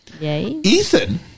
Ethan